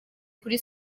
kuri